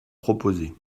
proposez